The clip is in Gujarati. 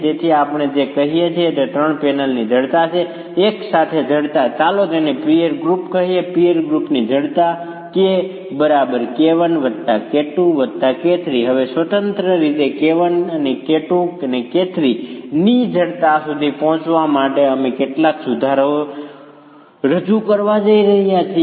તેથી આપણે જે કહીએ છીએ તે ત્રણ પેનલની જડતા છે એકસાથે જડતા ચાલો તેને પિઅર ગ્રૂપ કહીએ પિઅર ગ્રૂપની જડતા હવે સ્વતંત્ર રીતે K1 K2 અને K3 ની આ જડતા સુધી પહોંચવા માટે અમે કેટલાક સુધારાઓ રજૂ કરવા જઈ રહ્યા છીએ